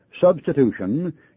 substitution